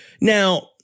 Now